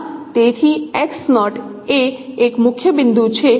તેથી x note એ એક મુખ્ય બિંદુ છે